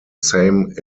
same